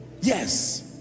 yes